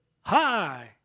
Hi